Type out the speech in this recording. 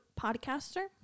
Podcaster